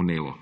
vnelo.